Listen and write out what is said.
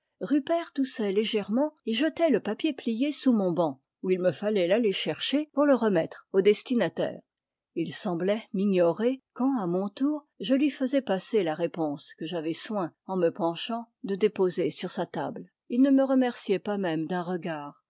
rupert toussait légèrement et jetait le papier plié sous mon banc où il me fallait l'aller chercher pour le remettre au destinataire il semblait m'igno rer et quand à mon tour je lui faisais passer la réponse que j'avais soin en me penchant de déposer sur sa table il ne me remerciait pas même d'un regard